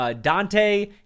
Dante